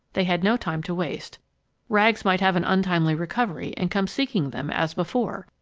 they had no time to waste rags might have an untimely recovery and come seeking them as before!